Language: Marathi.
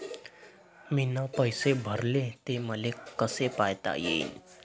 मीन पैसे भरले, ते मले कसे पायता येईन?